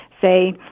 say